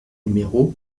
numéro